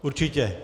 Určitě.